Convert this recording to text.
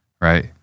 right